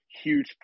huge